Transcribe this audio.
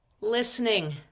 listening